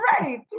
right